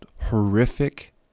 horrific